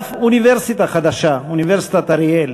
ואף אוניברסיטה חדשה, אוניברסיטת אריאל,